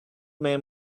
man